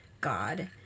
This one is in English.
God